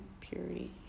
purity